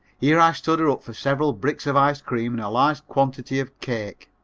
here i stood her up for several bricks of ice cream and a large quantity of cake.